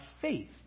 faith